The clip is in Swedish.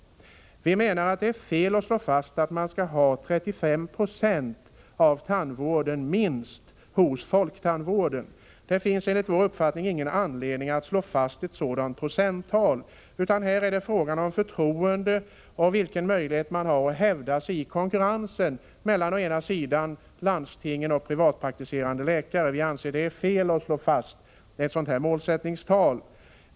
Vi menar att det är fel att slå fast att minst 35 96 av tandvården skall bedrivas inom folktandvården. Det finns enligt vår uppfattning ingen anledning att slå fast ett sådant procenttal. Här är det fråga om förtroende och vilken möjlighet man har att hävda sig i konkurrensen mellan landstingen och privatpraktiserande tandläkare. Vi anser att det är fel att slå fast ett målsättningstal.